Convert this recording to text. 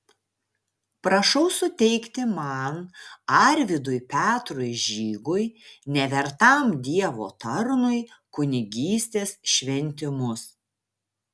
prašau suteikti man arvydui petrui žygui nevertam dievo tarnui kunigystės šventimus